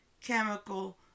chemical